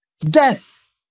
Death